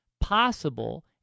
possible